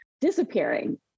disappearing